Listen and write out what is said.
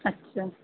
अछा